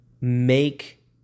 Make